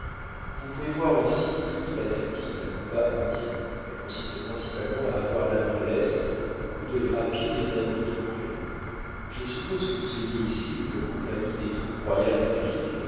vous pouvez voir ici toute la tactique d'un combat indien elle consiste principalement à avoir la main leste le coup d'œil rapide et un abri tout prêt je suppose que vous ayez ici une compagnie des troupes royales d'amérique